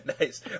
Nice